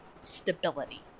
Stability